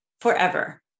forever